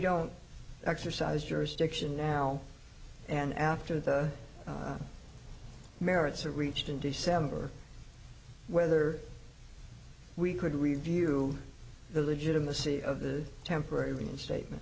don't exercise jurisdiction now and after the merits are reached in december whether we could review the legitimacy of the temporary reinstate